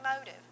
motive